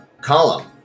column